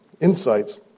insights